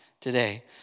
Today